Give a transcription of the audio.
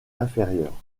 inférieurs